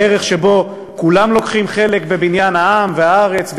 שכולם לוקחים חלק בבניין העם והארץ,